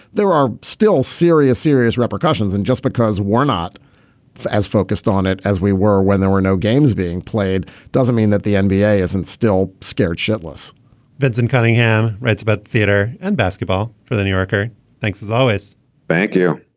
there are still serious serious repercussions and just because we're not as focused on it as we were when there were no games being played doesn't mean that the and nba isn't still scared shitless vincent cunningham writes about theater and basketball for the new yorker thanks as always thank you